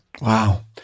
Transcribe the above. Wow